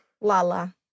Lala